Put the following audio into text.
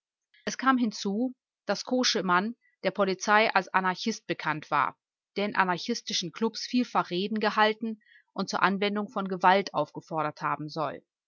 es kam hinzu daß koschemann der polizei als anarchist bekannt war der in anarchistischen klubs vielfach reden gehalten und zur anwendung von gewalt aufgefordert haben soll